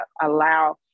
allow